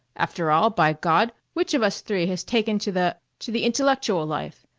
after all, by god, which of us three has taken to the to the intellectual life?